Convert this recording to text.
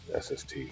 SST